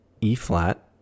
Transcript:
E-flat